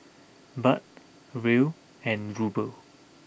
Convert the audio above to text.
Baht Riel and Ruble